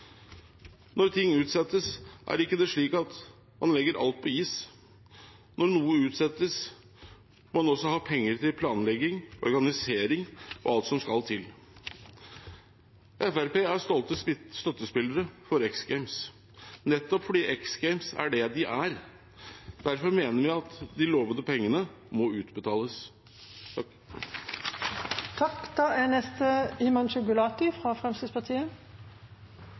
Når ting utsettes, er det ikke slik at man legger alt på is. Når noe utsettes, må man også ha penger til planlegging, organisering og alt som skal til. Fremskrittspartiet er stolte støttespillere av X Games, nettopp fordi X Games er det de er. Derfor mener vi at de lovede pengene må utbetales. X Games er